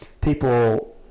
people